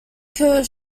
curved